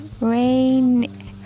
Rain